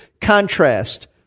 contrast